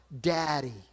daddy